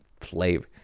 flavor